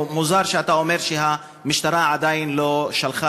או מוזר שאתה אומר שהמשטרה עדיין לא שלחה